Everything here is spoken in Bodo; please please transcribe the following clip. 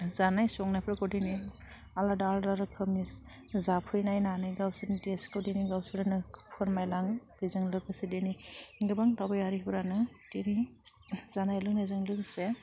जानाय संनायफोरखौ दिनै आलादा आलदा रोखोमनि जाफैनायनानै गावसोरनि डिसखौ दिनै गावसोरनो फोरमायलाङो बेजों लोगोसे दिनै गोबां दावबायारिफोरानो दिनै जानाय लोंनायजों लोगोसे